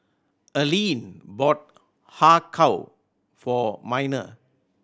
Alleen bought Har Kow for Minor